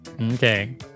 Okay